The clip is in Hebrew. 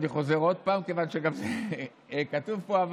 אני חוזר עוד פעם כיוון שגם כתוב פה,